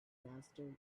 disaster